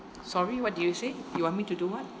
sorry what did you say you want me to do what